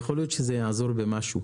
יכול להיות שזה יעזור במשהו.